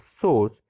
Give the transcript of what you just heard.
source